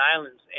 Islands